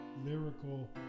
lyrical